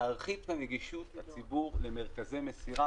להרחיב את הנגישות לציבור למרכזי מסירה.